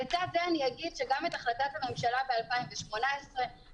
לצד זה אני אגיד שגם את החלטת הממשלה ב-2018 אני